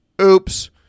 Oops